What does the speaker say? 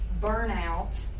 burnout